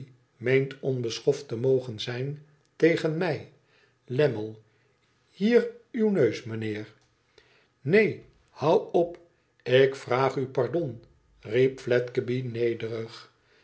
meent onbeschoft te mogen zijn tegen mij lammie hier uw neus mijnheer neen houd op ik vraag u pardon riep fledgeby